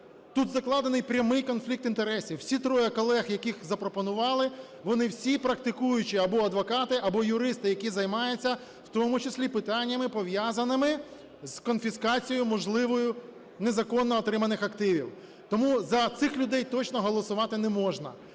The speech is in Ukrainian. Тут закладений прямий конфлікт інтересів. Всі троє колег, яких запропонували, вони всі практикуючі або адвокати, або юристи, які займаються, у тому числі, питаннями, пов'язаними з конфіскацією можливою незаконно отриманих активів. Тому за цих людей точно голосувати не можна.